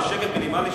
אבל שקט מינימלי,